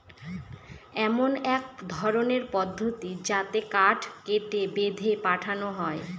এমন এক ধরনের পদ্ধতি যাতে কাঠ কেটে, বেঁধে পাঠানো হয়